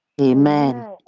Amen